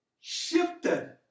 shifted